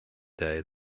day